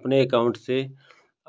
अपने अकाउन्ट से